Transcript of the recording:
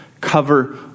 cover